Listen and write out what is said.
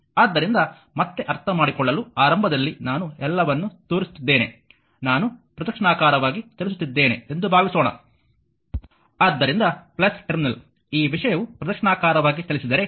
ಆದ್ದರಿಂದ ಮತ್ತೆ ಅರ್ಥಮಾಡಿಕೊಳ್ಳಲು ಆರಂಭದಲ್ಲಿ ನಾನು ಎಲ್ಲವನ್ನೂ ತೋರಿಸುತ್ತಿದ್ದೇನೆ ನಾನು ಪ್ರದಕ್ಷಿಣಾಕಾರವಾಗಿ ಚಲಿಸುತ್ತಿದ್ದೇನೆ ಎಂದು ಭಾವಿಸೋಣ ಆದ್ದರಿಂದ ಟರ್ಮಿನಲ್ ಈ ವಿಷಯವು ಪ್ರದಕ್ಷಿಣಾಕಾರವಾಗಿ ಚಲಿಸಿದರೆ